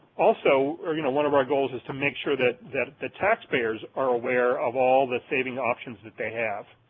also or, you know, one of our goals is to make sure that that the taxpayers are aware of all the saving options that they have.